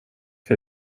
för